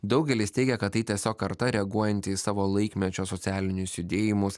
daugelis teigia kad tai tiesiog karta reaguojanti į savo laikmečio socialinius judėjimus